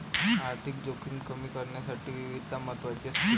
आर्थिक जोखीम कमी करण्यासाठी विविधता महत्वाची आहे